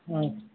অঁ